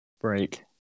Break